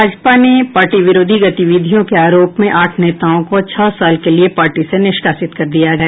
भाजपा ने पार्टी विरोधी गतिविधियों के आरोप में आठ नेताओं को छह साल के लिये पार्टी से निष्कासित कर दिया है